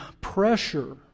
pressure